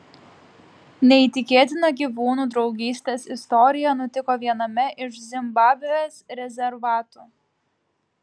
neįtikėtina gyvūnų draugystės istorija nutiko viename iš zimbabvės rezervatų